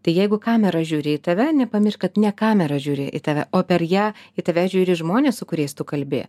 tai jeigu kamera žiūri į tave nepamiršk kad ne kamera žiūri į tave o per ją į tave žiūri žmonės su kuriais tu kalbi